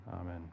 amen